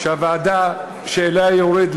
שהוועדה שאליה הוא יורד,